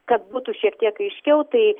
kad būtų šiek tiek aiškiau tai